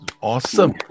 Awesome